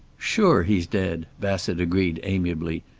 sure he's dead, bassett agreed, amiably.